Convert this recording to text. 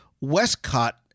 Westcott